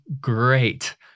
great